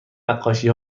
نقاشی